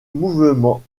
mouvement